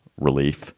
relief